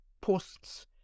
posts